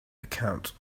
account